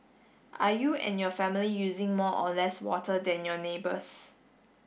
are you and your family using more or less water than your neighbours